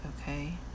okay